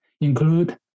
include